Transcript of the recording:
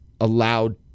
allowed